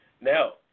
Now